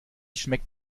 schmeckt